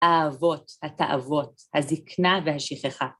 ‫האהבות, התאוות, הזקנה והשכחה.